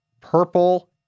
Purple